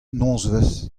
nozvezh